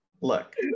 look